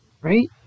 right